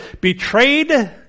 betrayed